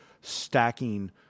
stacking